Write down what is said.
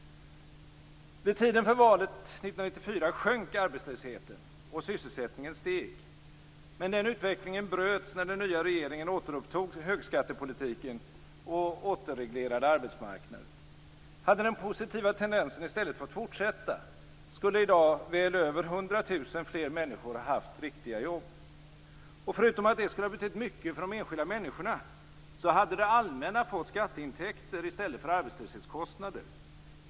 Vid tiden för valet 1994 sjönk arbetslösheten och sysselsättningen steg. Men den utvecklingen bröts när den nya regeringen återupptog högskattepolitiken och återreglerade arbetsmarknaden. Hade den positiva tendensen i stället fått fortsätta skulle i dag väl över 100 000 fler människor ha haft riktiga jobb. Förutom att detta skulle ha betytt mycket för de enskilda människorna hade det allmänna fått skatteintäkter i stället för arbetslöshetskostnader.